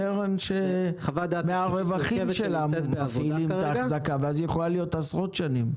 קרן שמהרווחים שלה מפעילים את האחזקה ואז היא יכולה להיות עשרות שנים.